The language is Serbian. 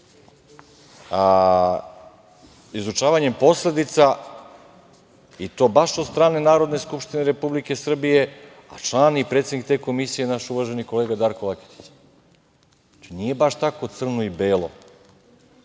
izučavanjem posledica i to baš od strane Narodne skupštine Republike Srbije, a član i predsednik te Komisije je naš uvaženi kolega Darko Laketić. Nije baš tako crno i belo.